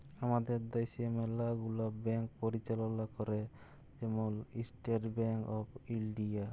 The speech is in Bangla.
আমাদের দ্যাশে ম্যালা গুলা ব্যাংক পরিচাললা ক্যরে, যেমল ইস্টেট ব্যাংক অফ ইলডিয়া